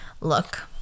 look